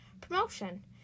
Promotion